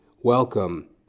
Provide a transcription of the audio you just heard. Welcome